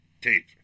tape